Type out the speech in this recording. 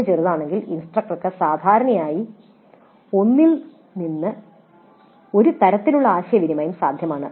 സംഖ്യ ചെറുതാണെങ്കിൽ ഇൻസ്ട്രക്ടർക്ക് സാധാരണയായി ഒന്നിൽ നിന്ന് ഒരു തരത്തിലുള്ള ആശയവിനിമയം സാധ്യമാണ്